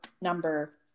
number